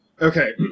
Okay